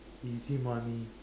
easy money